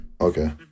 okay